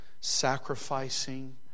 sacrificing